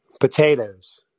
Potatoes